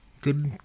good